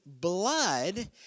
blood